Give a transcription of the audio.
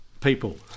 people